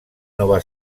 nova